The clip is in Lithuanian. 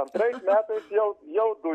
antrais metais jau jau du